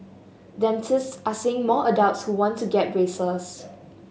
dentists are seeing more adults who want to get braces